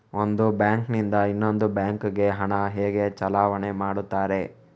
ಒಂದು ಬ್ಯಾಂಕ್ ನಿಂದ ಇನ್ನೊಂದು ಬ್ಯಾಂಕ್ ಗೆ ಹಣ ಹೇಗೆ ಚಲಾವಣೆ ಮಾಡುತ್ತಾರೆ?